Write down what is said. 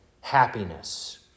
happiness